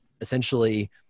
essentially